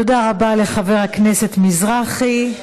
תודה רבה לחבר הכנסת מזרחי.